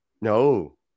No